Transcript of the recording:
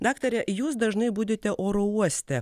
daktare jūs dažnai budite oro uoste